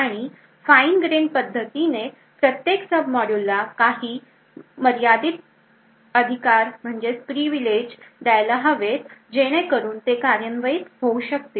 आणि fine grained पद्धतीने प्रत्येक सबमॉड्यूला काही मर्यादित अधिकार द्यायला हवेत जेणेकरून ते कार्यान्वित होऊ शकतील